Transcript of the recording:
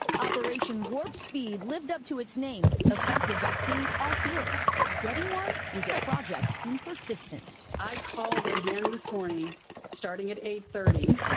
operation warp speed lived up to its name. effective vaccines are here, but getting one is a project in persistence. i called again this morning starting at eight thirty,